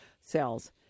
cells